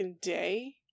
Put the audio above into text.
day